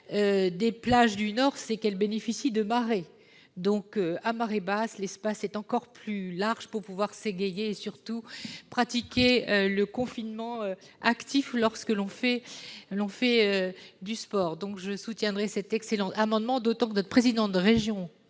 des plages du nord, c'est qu'elles bénéficient de marées. À marée basse, l'espace est encore plus large pour s'égailler et surtout pratiquer le confinement actif lorsque l'on fait du sport. Je soutiendrai cet excellent amendement, d'autant que notre président de région,